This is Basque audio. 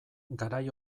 garai